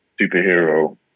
superhero